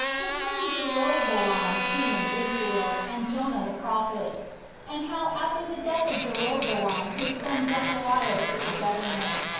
concerning jeroboam king of israel and jonah the prophet and how after the death of jeroboam his son zachariah took the government.